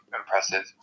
impressive